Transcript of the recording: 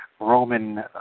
Roman